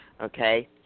Okay